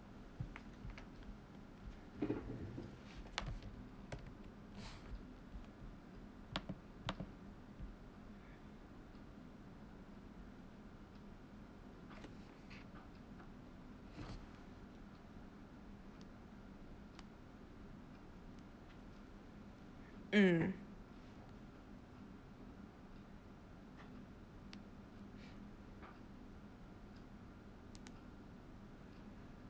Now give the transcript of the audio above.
mm